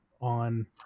on